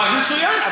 אז מצוין.